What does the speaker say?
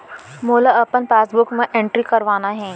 मोला अपन पासबुक म एंट्री करवाना हे?